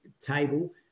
table –